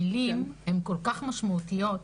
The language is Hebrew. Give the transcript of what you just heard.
המילים הן כל כך משמעותיות.